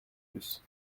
plus